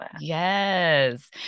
Yes